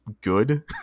good